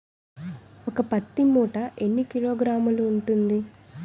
ఒక పత్తి మూట ఎన్ని కిలోగ్రాములు ఉంటుంది?